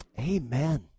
Amen